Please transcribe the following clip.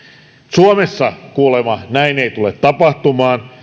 suomessa kuulemma näin ei tule tapahtumaan